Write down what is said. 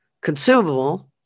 Consumable